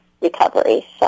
recovery